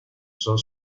son